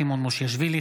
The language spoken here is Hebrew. סימון מושיאשוילי,